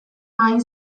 mahai